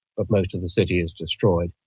but most of the city is destroyed.